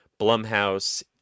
blumhouse